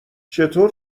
چطور